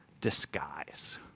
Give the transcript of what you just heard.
disguise